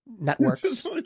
networks